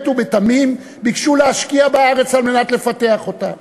ובתמים ביקשו להשקיע בארץ על מנת לפתח אותה.